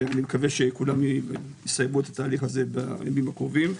אני מקווה שכולם יסיימו את התהליך הזה בימים הקרובים.